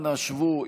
אנא, שבו.